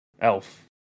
elf